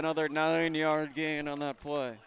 another nine yard gain on that play